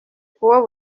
kuwo